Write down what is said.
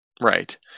Right